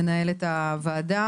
מנהלת תחום דיני עבודה וזרוע העבודה.